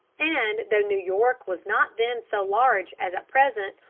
and, though new york was not then so large as at present,